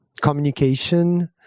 communication